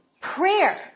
Prayer